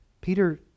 Peter